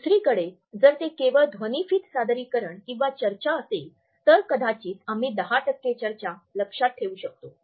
दुसरीकडे जर ते केवळ ध्वनिफीत सादरीकरण किंवा चर्चा असेल तर कदाचित आम्ही १० चर्चा लक्षात ठेवू शकतो